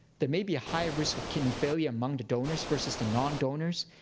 there may be a higher risk of kidney failure among the donors versus the nondonors,